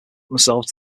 themselves